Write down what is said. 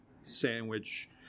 sandwich